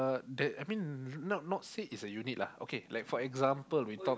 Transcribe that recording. the that not not say is a unit lah or example we talk